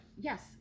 Yes